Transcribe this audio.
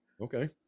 okay